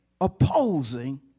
opposing